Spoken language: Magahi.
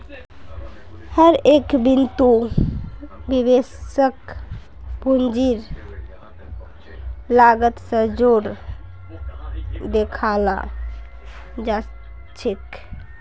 हर एक बितु निवेशकक पूंजीर लागत स जोर देखाला जा छेक